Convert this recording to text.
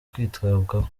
kwitabwaho